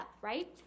right